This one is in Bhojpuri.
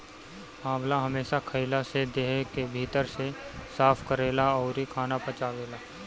आंवला हमेशा खइला से देह के भीतर से साफ़ करेला अउरी खाना पचावेला